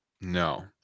No